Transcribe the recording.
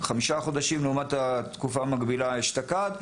בחמישה חודשים לעומת התקופה המקבילה אשתקד,